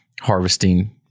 harvesting